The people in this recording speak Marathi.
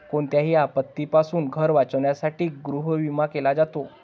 कोणत्याही आपत्तीपासून घर वाचवण्यासाठी गृहविमा केला जातो